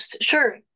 sure